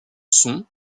son